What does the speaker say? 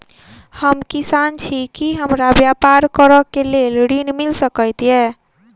हम किसान छी की हमरा ब्यपार करऽ केँ लेल ऋण मिल सकैत ये?